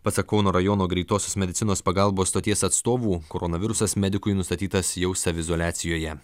pasak kauno rajono greitosios medicinos pagalbos stoties atstovų koronavirusas medikui nustatytas jau saviizoliacijoje